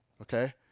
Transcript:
okay